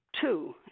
two